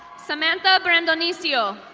samantha grandaneesio.